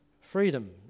freedom